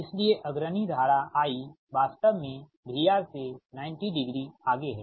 इसलिए अग्रणी धारा I वास्तव में VR से 90 डिग्री आगे है